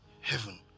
heaven